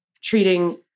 treating